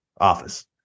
office